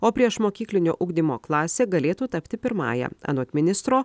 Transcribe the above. o priešmokyklinio ugdymo klasė galėtų tapti pirmąja anot ministro